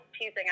teasing